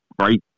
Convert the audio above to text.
right